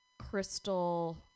crystal